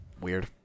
weird